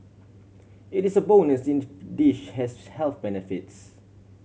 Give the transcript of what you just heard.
it is a bonus in dish has health benefits